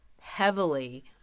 heavily –